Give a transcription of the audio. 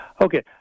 Okay